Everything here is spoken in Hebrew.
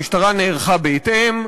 המשטרה נערכה בהתאם,